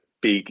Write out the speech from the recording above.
big